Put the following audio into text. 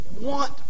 want